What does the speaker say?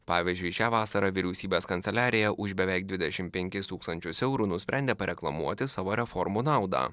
pavyzdžiui šią vasarą vyriausybės kanceliarija už beveik dvidešimt penkis tūkstančius eurų nusprendė pareklamuoti savo reformų naudą